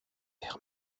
air